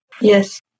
Yes